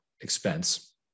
expense